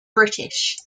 british